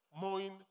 mowing